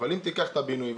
אם תיקח את הבינוי,